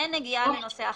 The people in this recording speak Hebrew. אין נגיעה לנושא החלף.